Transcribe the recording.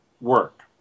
work